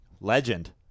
Legend